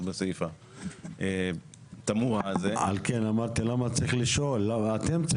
בסעיף התמוה הזה --- על כן אמרתי למה צריך לשאול את גורמי האכיפה,